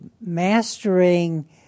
mastering